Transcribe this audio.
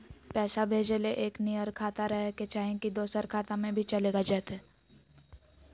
पैसा भेजे ले एके नियर खाता रहे के चाही की दोसर खाता में भी चलेगा जयते?